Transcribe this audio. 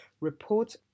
report